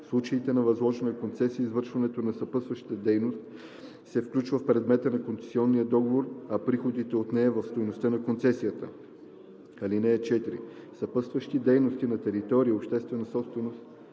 случаите на възложена концесия извършването на съпътстващата дейност се включва в предмета на концесионния договор, а приходите от нея – в стойността на концесията. (4) Съпътстващи дейности на територии – общинска собственост